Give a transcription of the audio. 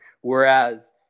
Whereas